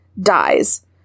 dies